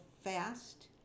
fast